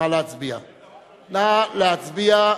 נא להצביע.